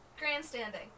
Grandstanding